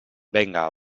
venga